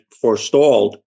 forestalled